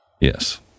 Yes